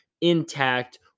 intact